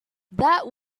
that